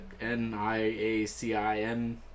N-I-A-C-I-N